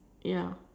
ya